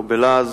או בלעז,